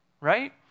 right